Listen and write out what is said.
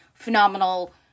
Phenomenal